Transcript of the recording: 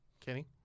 Kenny